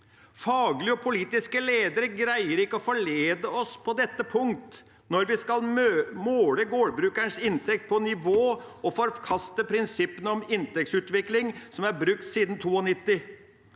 Faglige og politiske ledere greier ikke å forlede oss på dette punkt når vi skal måle gårdbrukernes inntekt på nivå og forkaste prinsippene om inntektsutvikling som er brukt siden 1992.